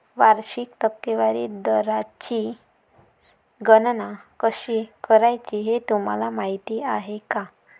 वार्षिक टक्केवारी दराची गणना कशी करायची हे तुम्हाला माहिती आहे का?